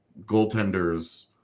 goaltenders